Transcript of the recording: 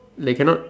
like cannot